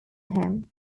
him